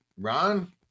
Ron